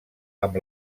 amb